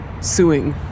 suing